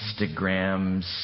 Instagrams